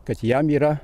kad jam yra